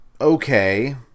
okay